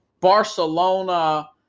Barcelona